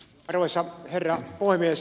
arvoisa herra puhemies